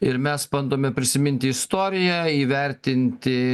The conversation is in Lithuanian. ir mes bandome prisiminti istoriją įvertinti